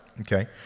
Okay